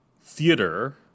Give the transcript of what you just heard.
theater